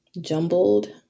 Jumbled